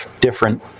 different